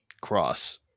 cross